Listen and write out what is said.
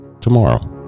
tomorrow